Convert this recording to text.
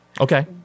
Okay